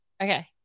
Okay